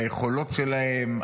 ביכולות שלהם,